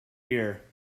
year